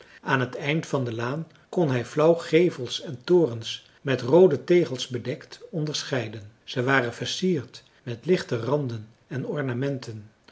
aan t eind van de laan kon hij flauw gevels en torens met roode tegels bedekt onderscheiden ze waren versierd met lichte randen en ornamenten